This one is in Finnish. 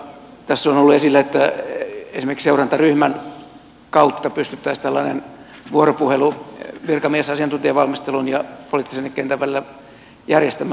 tässä on ollut esillä että esimerkiksi seurantaryhmän kautta pystyttäisiin tällainen vuoropuhelu virkamiesasiantuntijavalmistelun ja poliittisen kentän välillä järjestämään